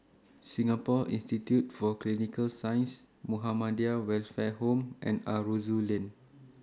Singapore Institute For Clinical Sciences Muhammadiyah Welfare Home and Aroozoo Lane